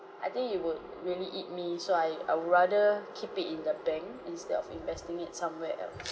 I think it would really eat me so I I would rather keep it in the bank instead of investing it somewhere else